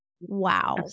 Wow